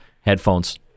headphones